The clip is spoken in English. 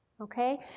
Okay